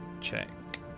check